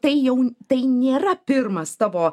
tai jau tai nėra pirmas tavo